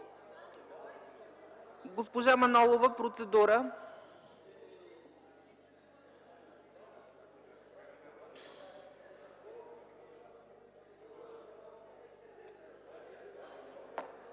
Госпожа Манолова – процедура.